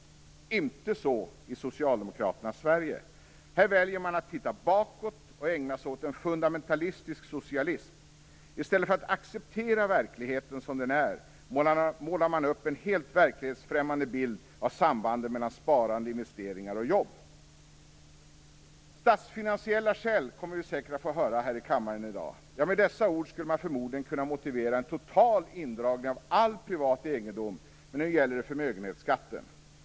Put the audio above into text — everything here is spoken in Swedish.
Så är inte fallet i Socialdemokraternas Sverige. Här väljer man att titta bakåt och ägna sig åt en fundamentalistisk socialism. I stället för att acceptera verkligheten som den är målar man upp en helt verklighetsfrämmande bild av sambanden mellan sparande, investeringar och jobb. "Statsfinansiella skäl" kommer det säkert att hänvisas till här i kammaren i dag. Ja, med dessa ord skulle man förmodligen kunna motivera en total indragning av all privat egendom, men nu gäller det förmögenhetsskatten.